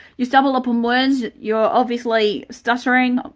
you stumble upon words, you're obviously stuttering,